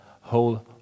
whole